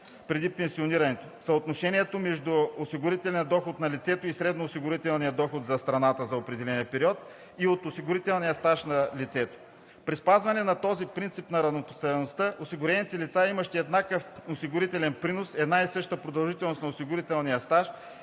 преди пенсионирането – съотношението между осигурителен доход на лицето и средно- осигурителния доход за страната за определен период и от осигурителния стаж на лицето. При спазването на този принцип на равнопоставеността осигурените лица – имащи еднакъв осигурителен принос, една и съща продължителност на осигурителния стаж